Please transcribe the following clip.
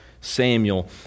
Samuel